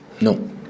No